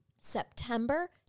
September